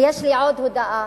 ויש לי עוד הודאה: